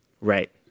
Right